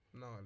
No